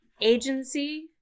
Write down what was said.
agency